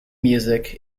music